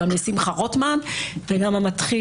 גם לשמחה רוטמן; וגם המתחיל,